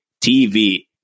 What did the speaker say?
TV